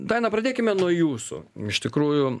daina pradėkime nuo jūsų iš tikrųjų